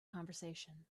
conversation